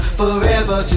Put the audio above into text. forever